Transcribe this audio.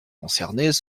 concernés